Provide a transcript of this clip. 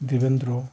Dibendra